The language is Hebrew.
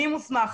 מי מוסמך,